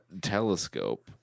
Telescope